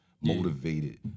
motivated